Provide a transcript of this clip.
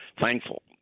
thankful